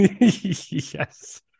yes